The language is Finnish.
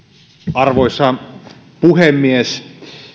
arvoisa puhemies